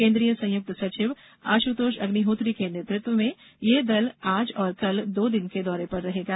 केन्द्रीय संयुक्त सचिव आश्तोष अग्निहोत्री के नेतृत्व में ये दल आज और कल दो दिन के दौरे पर रहेगा